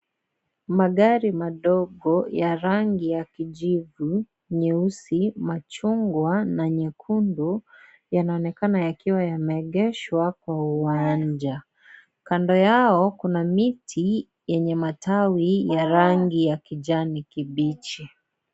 Magari madogo ya rangi ya kijivu, nyeusi, machungwa na nyekundu yanaonekana yakiwa yameegeshwa kwa uwanja. Kando yao kuna miti yenye matawi ya rangi ya kijani kibichi.